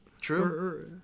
True